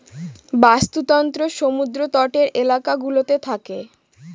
বাস্তুতন্ত্র সমুদ্র তটের এলাকা গুলোতে থাকে